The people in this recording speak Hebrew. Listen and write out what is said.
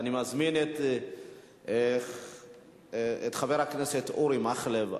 אני מזמין את חבר הכנסת אורי מקלב,